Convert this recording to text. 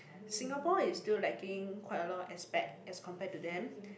Singapore is still lacking quite a lot of aspect as compared to them